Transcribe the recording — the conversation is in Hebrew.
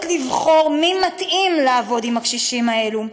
לבחור מי מתאים לעבוד עם הקשישים האלה.